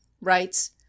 writes